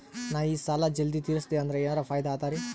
ನಾ ಈ ಸಾಲಾ ಜಲ್ದಿ ತಿರಸ್ದೆ ಅಂದ್ರ ಎನರ ಫಾಯಿದಾ ಅದರಿ?